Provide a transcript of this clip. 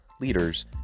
leaders